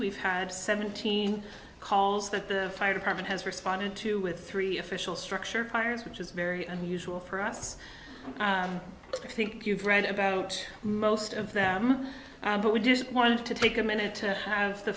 we've had seventeen calls that the fire department has responded to with three official structure fires which is very unusual for us i think you've read about most of them but we just wanted to take a minute to have the